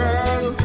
Girl